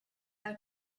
out